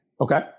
Okay